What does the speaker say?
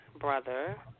brother